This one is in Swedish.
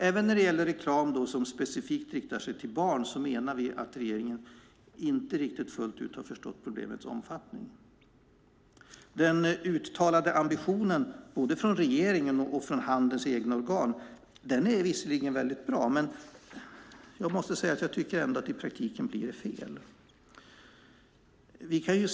Även när det gäller reklam som specifikt riktar sig till barn menar vi att regeringen inte riktigt fullt ut har förstått problemets omfattning. Den uttalade ambitionen både från regeringen och från handelns egna organ är visserligen väldigt bra, men jag måste ändå säga att jag tycker att det blir fel i praktiken.